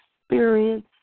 experience